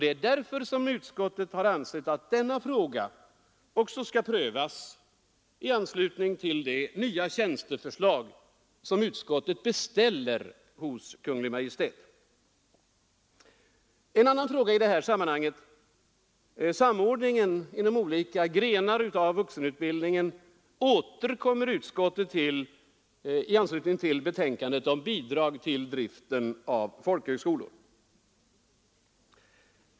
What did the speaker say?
Det är därför som utskottet ansett att denna fråga också skall prövas i anslutning till det nya tjänsteförslag som utskottet beställer hos Kungl. Maj:t. En annan fråga i detta sammanhang gäller samordningen inom olika grenar av vuxenutbildningen. Till denna återkommer utskottet i betänkandet om bidrag till driften av folkhögskolor.